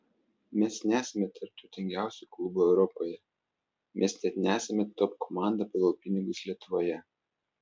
mes nesame tarp turtingiausių klubų europoje mes net nesame top komanda pagal pinigus lietuvoje